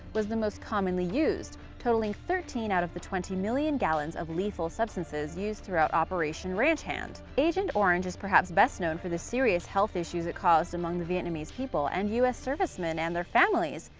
was the most commonly used, totaling thirteen out of the twenty million gallons of lethal substances used throughout operation ranch hand. agent orange is perhaps best known for the serious health issues it caused among the vietnamese people and u s. servicemen and their families,